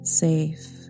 safe